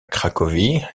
cracovie